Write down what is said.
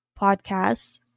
podcasts